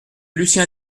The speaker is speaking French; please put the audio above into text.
lucien